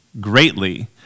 greatly